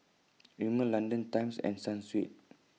Rimmel London Times and Sunsweet